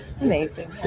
Amazing